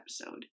episode